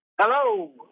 Hello